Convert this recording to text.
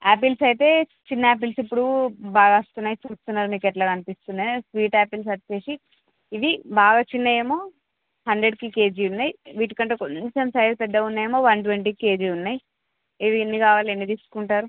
apples అయితే చిన్న apples ఇప్పుడు బాగా వస్తున్నాయి చెప్తున్నారు మీకు ఎట్లా అనిపిస్తున్నాయి స్వీట్ ఆపిల్స్ వచ్చి ఇవి బాగా చిన్నవేమో హండ్రెడ్కి కేజీ ఉన్నాయి వీటి కంటే కొంచెం సైజ్ పెద్దగా ఉన్నవేమో వన్ ట్వంటీ కేజీ ఉన్నాయి ఇవి ఎన్ని కావాలి ఎన్ని తీసుకుంటారు